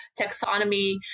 taxonomy